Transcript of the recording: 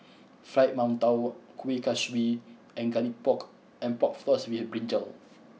Fried Mantou Kueh Kaswi and Garlic Pork and Pork Floss with Brinjal